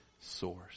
source